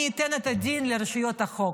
אני אתן את הדין לרשויות החוק.